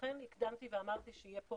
לכן הקדמתי ואמרתי שיהיה פה